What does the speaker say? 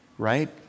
right